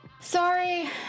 Sorry